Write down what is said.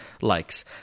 likes